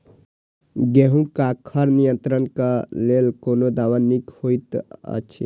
गेहूँ क खर नियंत्रण क लेल कोन दवा निक होयत अछि?